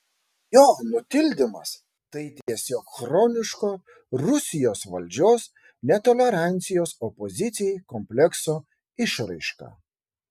jo nutildymas tai tiesiog chroniško rusijos valdžios netolerancijos opozicijai komplekso išraiška